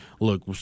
look